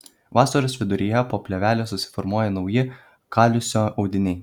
vasaros viduryje po plėvele susiformuoja nauji kaliuso audiniai